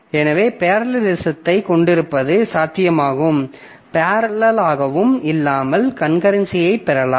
எனவே பேரலலிசத்தைக் கொண்டிருப்பது சாத்தியமாகும் பேரலல்லாகவும் இல்லாமல் கன்கரன்சியைப் பெறலாம்